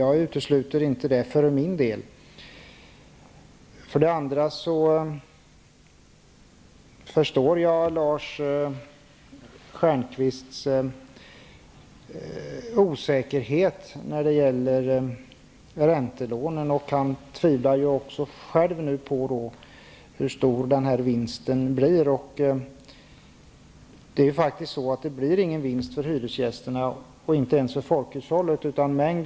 Jag för min del utesluter inte den möjligheten. För det andra förstår jag Lars Stjernkvists osäkerhet beträffande detta med räntelån. Han tvivlar ju själv när det gäller storleken på vinsten här. Men det blir faktiskt ingen vinst för hyresgästerna. Inte ens för folkhushållet blir det en vinst.